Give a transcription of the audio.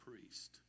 priest